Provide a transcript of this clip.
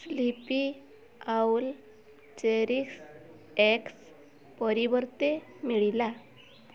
Sleepy Owl ଚେରିଶ୍ଏକ୍ସ୍ ପରିବର୍ତ୍ତେ ମିଳିଲା